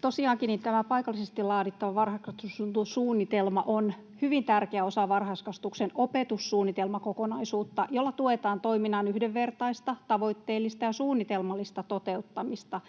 Tosiaankin, tämä paikallisesti laadittava varhaiskasvatussuunnitelma on hyvin tärkeä osa varhaiskasvatuksen opetussuunnitelmakokonaisuutta, jolla tuetaan toiminnan yhdenvertaista, tavoitteellista ja suunnitelmallista toteuttamista.